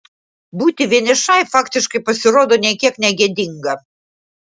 būti vienišai faktiškai pasirodo nė kiek negėdinga